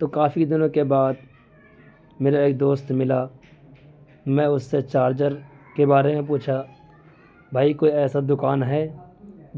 تو کافی دنوں کے بعد میرا ایک دوست ملا میں اس سے چارجر کے بارے میں پوچھا بھائی کوئی ایسا دوکان ہے